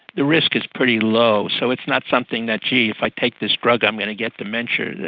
the risk is pretty low, so it's not something that, gee, if i take this drug i'm going to get dementia,